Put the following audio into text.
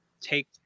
take